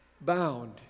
bound